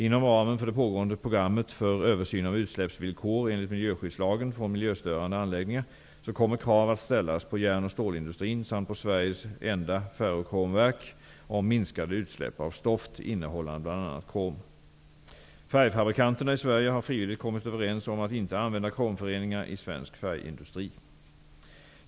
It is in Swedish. Inom ramen för det pågående programmet för översyn enligt miljöskyddslagen av villkor för utsläpp från miljöstörande anläggningar, kommer krav att ställas på järn och stålindustrin samt på Sveriges enda ferrokromverk om minskade utsläpp av stoft innehållande bl.a. krom. Färgfabrikanterna i Sverige har frivilligt kommit överens om att inte använda kromföreningar i svensk färgindustri.